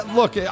look